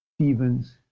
Stevens